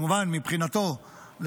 מבחינתו,